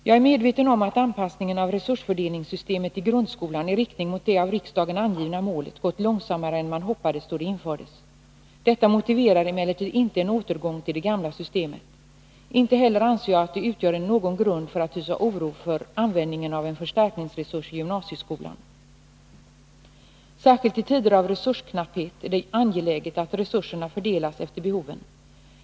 Jag är medveten om att anpassningen av resursfördelningssystemet i grundskolans riktning mot det av riksdagen angivna målet gått långsammare än man hoppades då det infördes. Detta motiverar emellertid inte en återgång till det gamla systemet. Inte heller anser jag att det utgör någon grund för att hysa oro för användningen av en förstärkningsresurs i gymnasieskolan. Särskilt i tider av resursknapphet är det angeläget att resurserna fördelas efter behoven.